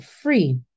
free